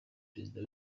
perezida